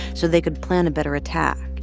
so they could plan a better attack.